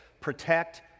protect